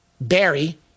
Barry